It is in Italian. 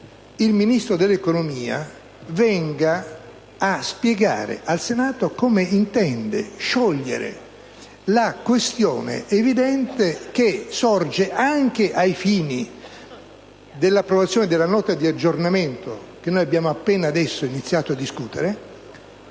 il Ministro dell'economia venga a spiegare al Senato come intende sciogliere la questione evidente che nasce, anche ai fini dell'approvazione della Nota di aggiornamento che noi abbiamo appena adesso iniziato a discutere,